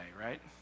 right